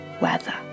weather